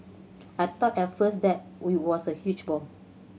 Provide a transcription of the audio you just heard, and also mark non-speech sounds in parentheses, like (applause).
I thought at first that (unintelligible) was a huge bomb